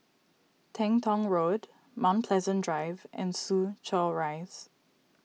Teng Tong Road Mount Pleasant Drive and Soo Chow Rise